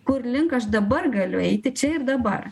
kurlink aš dabar galiu eiti čia ir dabar